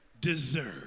deserve